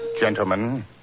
gentlemen